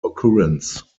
occurrence